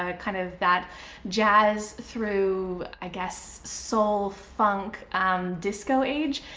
ah kind of that jazz through i guess soul funk disco age,